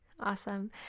Awesome